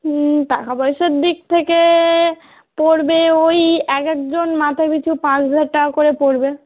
হুম টাকাপয়সার দিক থেকে পড়বে ওই এক একজন মাথাপিছু পাঁচ হাজার টাকা করে পড়বে